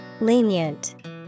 Lenient